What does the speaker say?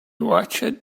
watched